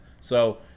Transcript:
So-